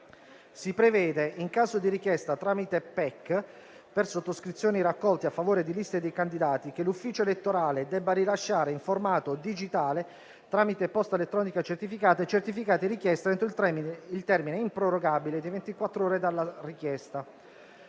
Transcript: Si prevede, in caso di richiesta tramite PEC, per sottoscrizioni raccolte a favore di liste dei candidati, che l'ufficio elettorale debba rilasciare in formato digitale, tramite posta elettronica certificata, i certificati richiesti entro il termine improrogabile di ventiquattro ore dalla richiesta.